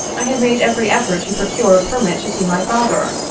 i had made every effort to procure a permit to see my father,